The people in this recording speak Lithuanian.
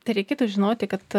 tai reikėtų žinoti kad